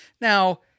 Now